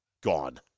gone